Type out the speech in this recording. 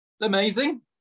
amazing